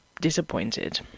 disappointed